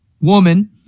woman